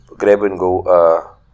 grab-and-go